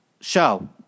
show